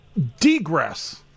degress